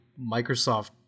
microsoft